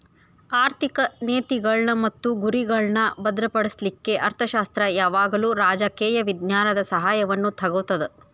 ಆರ್ಥಿಕ ನೇತಿಗಳ್ನ್ ಮತ್ತು ಗುರಿಗಳ್ನಾ ಭದ್ರಪಡಿಸ್ಲಿಕ್ಕೆ ಅರ್ಥಶಾಸ್ತ್ರ ಯಾವಾಗಲೂ ರಾಜಕೇಯ ವಿಜ್ಞಾನದ ಸಹಾಯವನ್ನು ತಗೊತದ